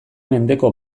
mendeko